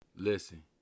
listen